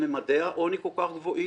כשממדי העוני כל כך גבוהים,